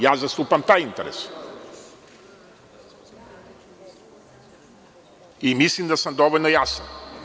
Ja zastupam taj interes i mislim da sam dovoljno jasan.